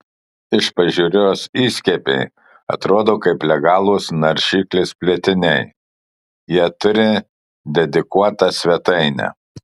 iš pažiūros įskiepiai atrodo kaip legalūs naršyklės plėtiniai jie turi dedikuotą svetainę